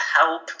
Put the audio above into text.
help